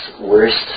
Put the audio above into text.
worst